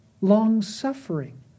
long-suffering